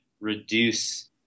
reduce